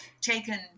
taken